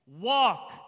walk